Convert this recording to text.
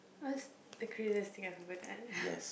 what's the craziest thing I've ever done